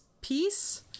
piece